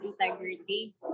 integrity